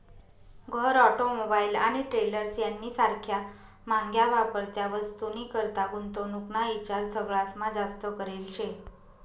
घर, ऑटोमोबाईल आणि ट्रेलर्स यानी सारख्या म्हाग्या वापरत्या वस्तूनीकरता गुंतवणूक ना ईचार सगळास्मा जास्त करेल शे